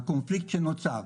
הקונפליקט שנוצר: